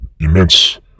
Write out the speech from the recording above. immense